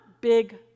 big